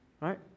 right